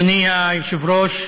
אדוני היושב-ראש,